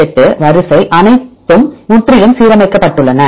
148 வரிசை அனைத்தும் முற்றிலும் சீரமைக்கப்பட்டுள்ளன